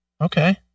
Okay